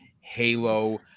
halo